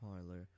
parlor